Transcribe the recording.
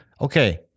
okay